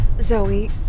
Zoe